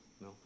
No